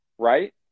right